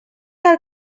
cal